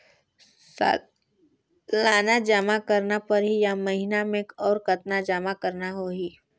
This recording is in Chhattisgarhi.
सालाना जमा करना परही या महीना मे और कतना जमा करना होहि?